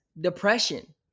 depression